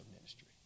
ministry